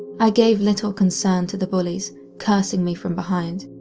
i gave little concern to the bullies cursing me from behind,